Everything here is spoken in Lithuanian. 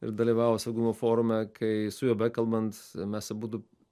ir dalyvavo saugumo forume kai su juo bekalbant mes abudu